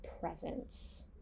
presence